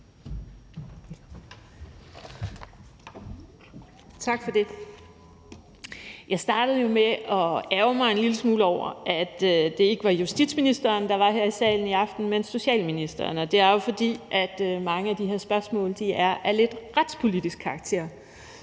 Tak for det. Jeg startede jo med at ærgre mig en lille smule over, at det ikke var justitsministeren, men socialministeren, der var her salen i aften, og det er jo, fordi mange af de her spørgsmål er af lidt retspolitisk karakter.